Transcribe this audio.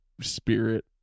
spirit